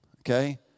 Okay